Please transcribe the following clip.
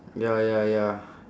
ya ya ya